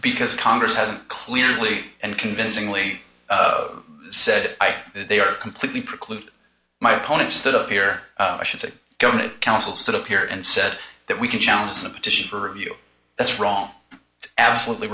because congress hasn't clearly and convincingly said that they are completely preclude my opponent stood up here i should say governing council stood up here and said that we can challenge the petition for review that's wrong absolutely